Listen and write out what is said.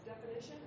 definition